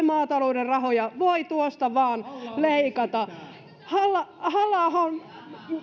maatalouden rahoja voi tuosta vain leikata halla halla ahon